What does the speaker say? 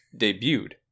debuted